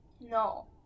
No